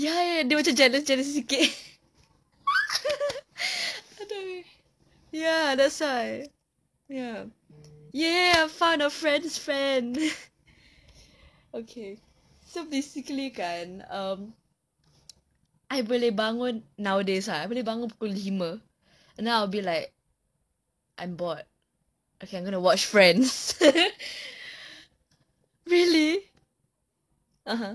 ya ya they were just jealous jealous sikit !aduh! ya that's why ya !yay! I found find a friends fan okay so basically kan um I boleh bangun nowadays ah I boleh bangun pukul lima and then I'll be like okay I'm bored I'm going to watch friends really